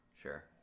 Sure